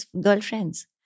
girlfriends